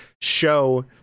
show